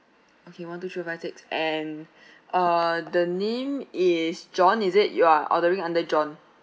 okay one two three four five six and uh the name is john is it you are ordering under john